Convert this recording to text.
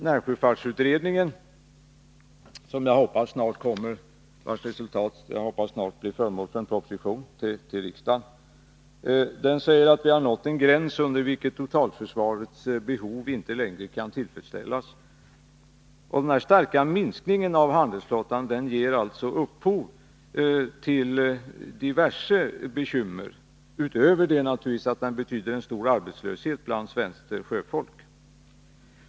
Närsjöfartsutredningen — vars resultat jag hoppas snart blir föremål för en proposition till riksdagen — säger att vi har nått en gräns, under vilken totalförsvarets behov inte längre kan tillfredsställas. Denna starka minskning av handelsflottan ger alltså upphov till diverse bekymmer, utöver det att den naturligtvis betyder stor arbetslöshet bland svenskt sjöfolk.